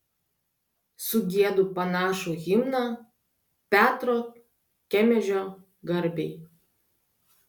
sugiedu panašų himną petro kemežio garbei